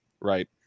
right